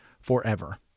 forever